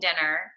dinner